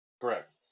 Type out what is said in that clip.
Correct